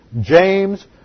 James